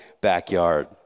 backyard